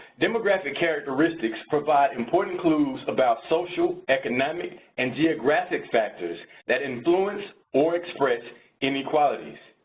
demographic characteristics provide important clues about social, economic, and geographic factors that endorse or express inequalities.